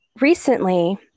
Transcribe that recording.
recently